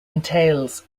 entails